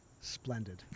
splendid